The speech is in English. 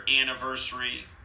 anniversary